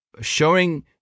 showing